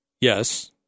Yes